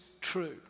true